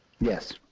Yes